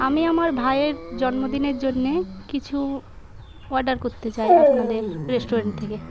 আমি আমার ভাইয়ের জন্মদিনের জন্যে কিছু অর্ডার করতে চাই আপনাদের রেস্টুরেন্ট থেকে